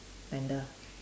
tender